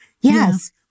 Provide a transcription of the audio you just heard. yes